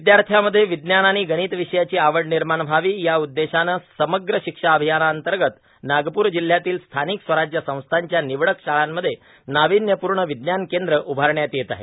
विद्यार्थ्यामध्ये विज्ञान आणि गणित विषयाची आवड निर्माण व्हावी या उद्देशानं समग्र शिक्षा अभियानांतर्गत नागपूर जिल्हयातील स्थानिक स्वराज्य संस्थांच्या निवडक शाळांमध्ये नावीन्यपूर्ण विज्ञान केंद्र उभारण्यात येत आहे